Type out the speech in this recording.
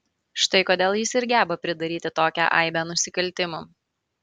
štai kodėl jis ir geba pridaryti tokią aibę nusikaltimų